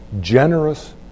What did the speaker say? generous